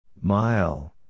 Mile